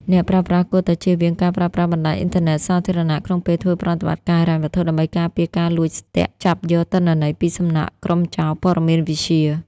អ្នកប្រើប្រាស់គួរតែជៀសវាងការប្រើប្រាស់បណ្ដាញអ៊ីនធឺណិតសាធារណៈ ក្នុងពេលធ្វើប្រតិបត្តិការហិរញ្ញវត្ថុ ដើម្បីការពារការលួចស្ទាក់ចាប់យកទិន្នន័យពីសំណាក់ក្រុមចោរព័ត៌មានវិទ្យា។